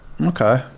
okay